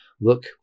Look